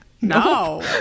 No